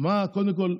קודם כול,